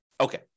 Okay